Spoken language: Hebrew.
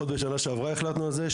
עוד בשנה שעברה החלטנו על זה,